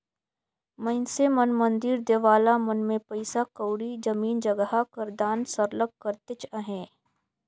मइनसे मन मंदिर देवाला मन में पइसा कउड़ी, जमीन जगहा कर दान सरलग करतेच अहें